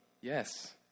Yes